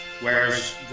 whereas